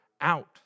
out